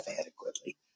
adequately